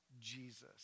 Jesus